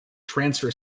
transfer